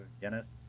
Guinness